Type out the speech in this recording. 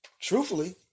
Truthfully